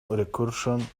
recursion